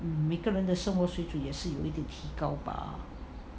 每个人的生活水准也是提高